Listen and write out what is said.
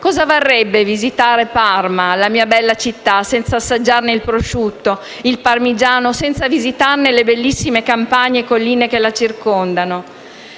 cosa varrebbe visitare Parma, la mia bella città, senza assaggiarne il prosciutto, il parmigiano o senza visitarne le bellissime campagne e colline che la circondano.